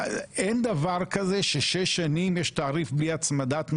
אין דבר כזה ששש שנים יש תעריך מבלי הצמדת מדד,